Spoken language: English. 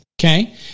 okay